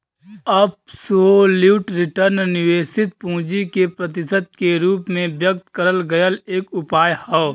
absolute return निवेशित पूंजी के प्रतिशत के रूप में व्यक्त करल गयल एक उपाय हौ